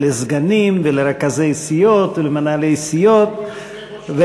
לסגנים ולרכזי סיעות ולמנהלי סיעות,